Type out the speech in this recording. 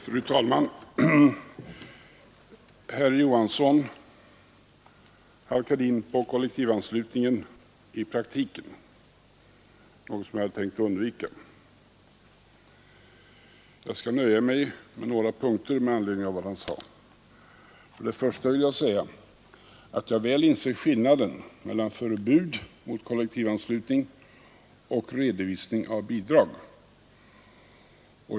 Fru talman! Herr Johansson i Trollhättan halkade in på kollektivanslutningen i praktiken — något som jag hade tänkt undvika. Jag skall nöja mig med några synpunkter med anledning av vad han sade. Jag inser väl skillnaden mellan förbud mot kollektivanslutning och redovisning av bidrag.